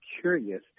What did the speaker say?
curious